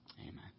Amen